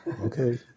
okay